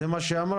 זה מה שאמרה,